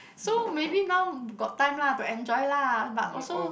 so maybe now got time lah to enjoy lah but also